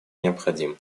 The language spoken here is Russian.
необходим